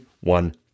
one